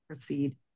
proceed